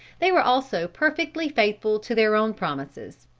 they were also perfectly faithful to their own promises.